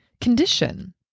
condition